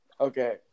Okay